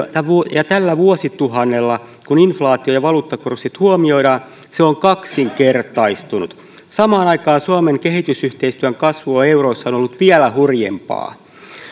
ja tällä vuosituhannella kun inflaatio ja valuuttakurssit huomioidaan se on kaksinkertaistunut samaan aikaan suomen kehitysyhteistyön kasvu on euroissa ollut vielä hurjempaa